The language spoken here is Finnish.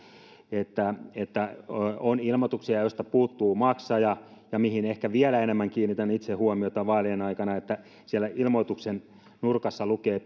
että että on ilmoituksia joista puuttuu maksaja mihin ehkä vielä enemmän kiinnitän itse huomiota vaalien aikana on se että siellä ilmoituksen nurkassa lukee